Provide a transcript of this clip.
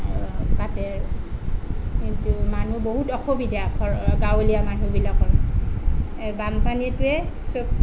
কাটে কিন্তু মানুহ বহুত অসুবিধা ঘৰ গাঁৱলীয়া মানুহবিলাকৰ এই বানপানীটোৱে চব